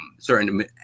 certain